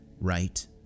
right